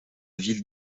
ville